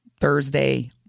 Thursday